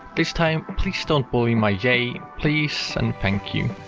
this time please don't bully my j, please and thank you.